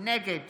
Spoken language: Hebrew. נגד